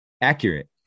accurate